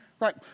Right